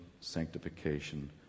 sanctification